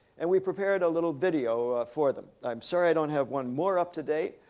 and we prepared a little video for them. i'm sorry i don't have one more up to date,